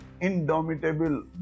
indomitable